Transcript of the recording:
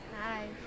Hi